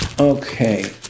Okay